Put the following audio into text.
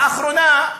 לאחרונה,